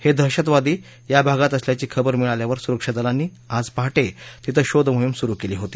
हे दहशतवादी या भागात असल्याची खबर मिळाल्यावर सुरक्षा दलांनी आज पहाटे तिथं शोधमोहीम सुरु केली होती